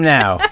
now